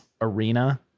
arena